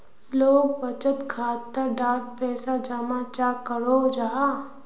लोग बचत खाता डात पैसा जमा चाँ करो जाहा?